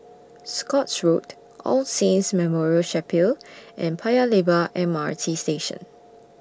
Scotts Road All Saints Memorial Chapel and Paya Lebar M R T Station